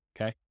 Okay